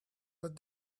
but